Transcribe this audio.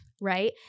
right